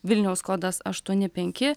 vilniaus kodas aštuoni penki